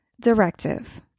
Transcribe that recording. directive